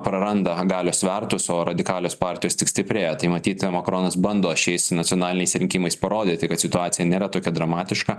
praranda galios svertus o radikalios partijos tik stiprėja tai matyt makronas bando šiais nacionaliniais rinkimais parodyti kad situacija nėra tokia dramatiška